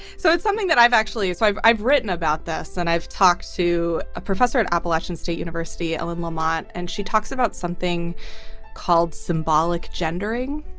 so it's something that i've actually i've i've written about this and i've talked to a professor at appalachian state university. ellen lamonte. and she talks about something called symbolic gendering,